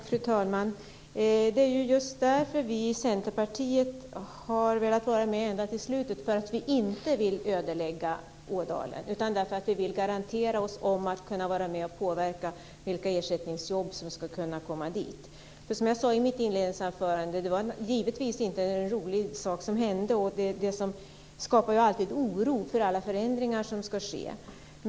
Fru talman! Det är ju just därför som vi i Centerpartiet har velat vara med ända till slutet därför att vi inte vill ödelägga Ådalen utan därför att vi vill garantera att vi kan vara med och påverka vilka ersättningsjobb som ska kunna komma dit. Som jag sade i mitt inledningsanförande var det givetvis inte en rolig sak som hände, och det skapar alltid en oro för alla förändringar som ska ske.